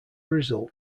result